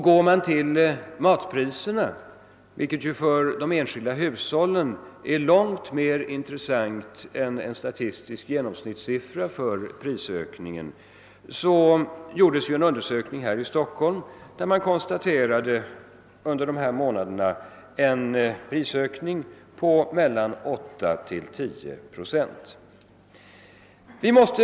När det gäller matpriserna — vilka för de enskilda hushållen är långt mer intressanta än en statistisk genomsnittssiffra för prisökningen — har man i en undersökning här i Stockholm kunnat konstatera en prisökning på mellan 8 och 10 procent under dessa månader.